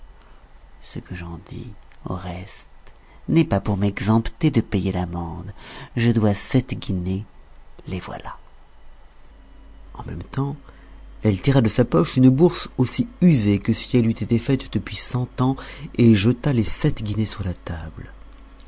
ce que j'en dis au reste n'est pas pour m'exempter de payer l'amende je dois sept guinées les voilà en même temps elle tira de sa poche une bourse aussi usée que si elle eût été faite depuis cent ans et jeta les sept guinées sur la table